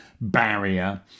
barrier